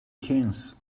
hens